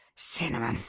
cinnamon,